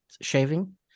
shaving